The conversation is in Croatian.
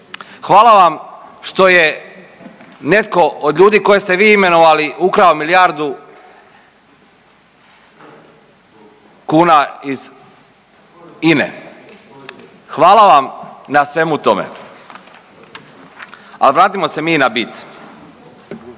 Hvala vam što je netko od ljudi koje ste vi imenovali ukrao milijardu kuna iz INE. Hvala vam na svemu tome, ali vratimo se mi na bit. Prije